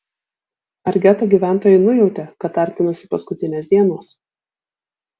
ar geto gyventojai nujautė kad artinasi paskutinės dienos